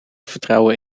vertrouwen